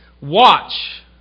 Watch